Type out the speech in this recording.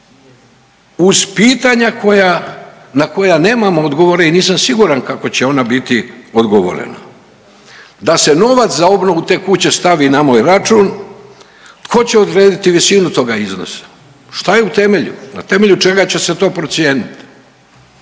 uz pitanja koja, na koja nemam odgovore i nisam siguran kako će ona biti odgovorena. Da se novac za obnovu te kuće stavi na moj račun, tko će odrediti visinu toga iznosa, šta je utemeljeno, na temelju čega će se to procijeniti?